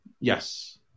Yes